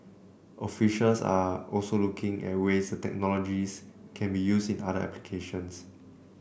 officials are also looking at ways technologies can be used in other applications